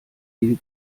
viel